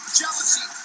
jealousy